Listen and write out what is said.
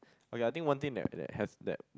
okay I think one thing that that have that